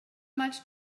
much